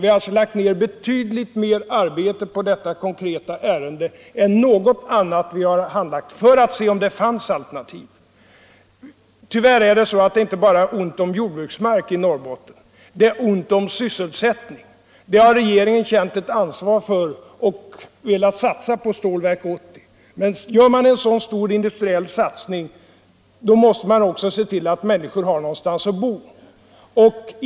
Vi har alltså lagt ned betydligt mer arbete på detta konkreta ärende än på något annat som vi har handlagt för att se om det fanns alternativ. Tyvärr är det inte bara ont om jordbruksmark i Norrbotten — det är också ont om sysselsättning. Regeringen har känt ett ansvar för det och velat satsa på Stålverk 80. Men gör man en så stor industriell satsning, måste man också se till att människor har någonstans att bo.